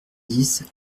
dix